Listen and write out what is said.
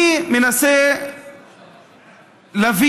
אני מנסה להבין,